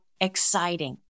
exciting